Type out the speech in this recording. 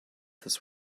this